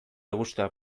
gustuak